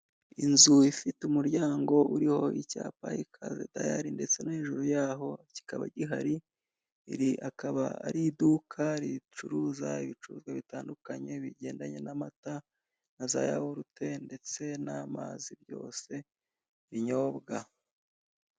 Inzu ifite umuryango uriho icyapa Ikaze dayari ndetse no hejuru yaho kikaba gihari, iri akaba ari iduka ricuruza ibicuruzwa bitandukanye bigendanye n'amata na zayawurute ndetse n'amazi byose binyobwa.